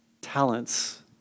talents